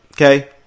okay